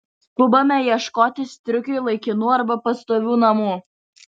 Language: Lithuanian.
skubame ieškoti striukiui laikinų arba pastovių namų